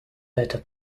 better